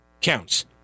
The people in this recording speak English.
counts